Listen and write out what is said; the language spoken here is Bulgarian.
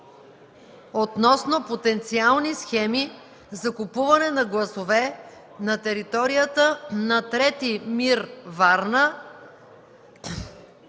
относно потенциални схеми за купуване на гласове на територията на 3. МИР – Варна,